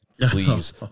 Please